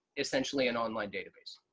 essentially an online database.